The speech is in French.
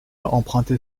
emprunté